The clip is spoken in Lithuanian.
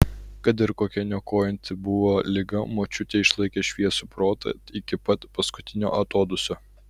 kad ir kokia niokojanti buvo liga močiutė išlaikė šviesų protą iki pat paskutinio atodūsio